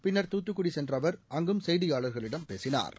பின்னா் தூத்துக்குடி சென்ற அவா் அங்கும் செய்தியாளா்களிடம் பேசினாா்